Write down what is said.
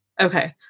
Okay